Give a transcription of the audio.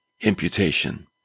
imputation